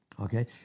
Okay